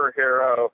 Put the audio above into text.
superhero